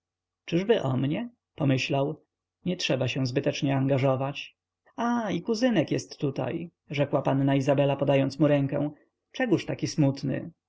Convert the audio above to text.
czyby o mnie pomyślał nie trzeba się zbytecznie angażować a i kuzynek jest tutaj rzekła panna izabela podając mu rękę czegóż taki smutny